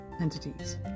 Entities